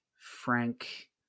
Frank